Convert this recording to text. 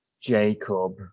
Jacob